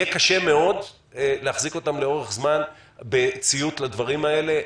יהיה קשה מאוד להחזיק אותם לאורך זמן בציות לדברים האלה.